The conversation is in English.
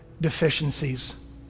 deficiencies